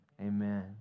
Amen